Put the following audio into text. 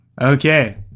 Okay